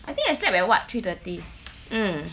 I think I slept at what three thirty mm